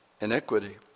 iniquity